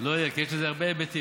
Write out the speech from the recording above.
זה לא יהיה, כי יש לזה הרבה היבטים.